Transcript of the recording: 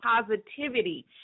positivity